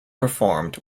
performed